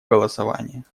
голосования